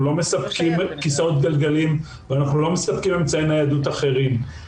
אנחנו לא מספקים כיסאות גלגלים או אמצעי ניידות אחרים.